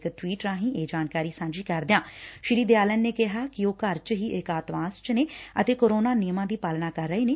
ਇਕ ਟਵੀਟ ਰਾਹੀ ਇਹ ਜਾਣਕਾਰੀ ਸਾਂਝੀ ਕਰਦਿਆਂ ਸ੍ਰੀ ਦਿਆਲਨ ਨੇ ਕਿਹਾ ਕਿ ਉਹ ਘਰ ਚ ਹੀ ਏਕਾਂਤਵਾਸ ਚ ਨੇ ਅਤੇ ਕੋਰੋਨਾ ਨਿਯਮਾਂ ਦੀ ਪਾਲਣਾ ਕਰ ਰਹੇ ਨੇ